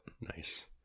Nice